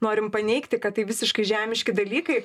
norim paneigti kad tai visiškai žemiški dalykai